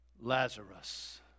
Lazarus